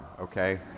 okay